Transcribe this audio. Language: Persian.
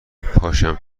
پاشم